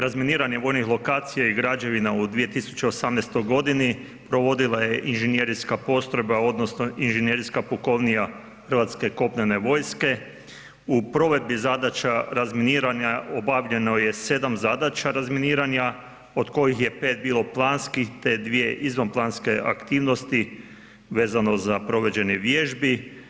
Razminiranjem vojnih lokacija i građevina u 2017. g. provodila je inženjerijska postrojba, odnosno, inženjerijska pukovnija Hrvatske kopnene vojske, u provedbi zadaća razminiranja, obavljeno je 7 zadaća razminiranja, od kojih je 5 bilo planskih, te 2 izvan planske aktivnosti, vezano za provođenje vježbi.